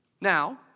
Now